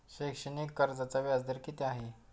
शैक्षणिक कर्जाचा व्याजदर किती आहे?